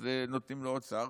אז נותנים לו עוד שר.